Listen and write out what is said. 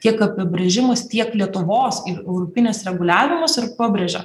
tiek apibrėžimas tiek lietuvos ir europinis reguliavimas ir pabrėžia